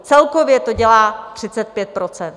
Celkově to dělá 35 %.